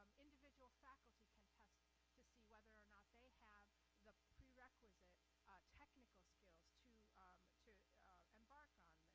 individual faculty can test to see whether or not they have the prerequisite technical skills to to embark on